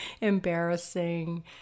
embarrassing